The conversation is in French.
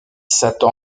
satan